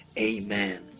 amen